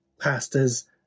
pastors